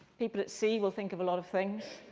people at sea will think of a lot of things.